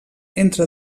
entre